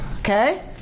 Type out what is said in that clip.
Okay